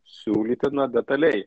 siūlyti na detaliai